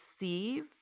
receive